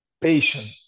Patient